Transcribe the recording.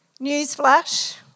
Newsflash